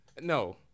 No